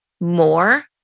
more